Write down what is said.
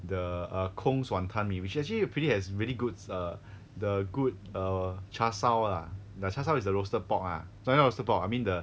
the koung's wanton mee which actually err pretty has really goods err the good err 叉烧 ah the 叉烧 is the roasted pork ah sorry not roasted pork I mean the